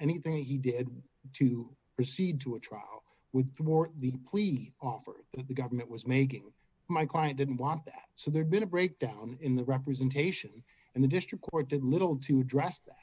anything he did to proceed to a trial with more the cleat offer that the government was making my client didn't want that so there's been a breakdown in the representation and the district court did little to dress th